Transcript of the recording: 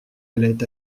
allait